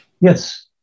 Yes